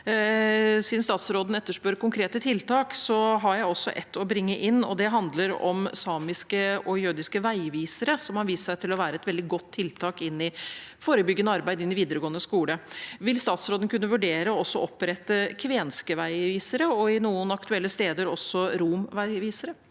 Siden statsråden etterspør konkrete tiltak, har jeg et å bringe inn. Det handler om samiske og jødiske veivisere, som har vist seg å være et veldig godt tiltak i forebyggende arbeid innen videregående skole. Vil statsråden kunne vurdere også å opprette kvenske veivisere og på noen aktuelle steder også romveivisere?